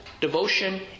devotion